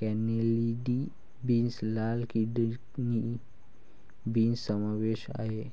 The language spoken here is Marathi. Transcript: कॅनेलिनी बीन्स, लाल किडनी बीन्स समावेश आहे